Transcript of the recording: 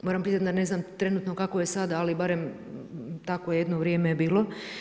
Moramo priznati da ne znam trenutno kako je sada, ali barem tako jedno vrijeme je bilo.